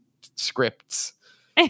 scripts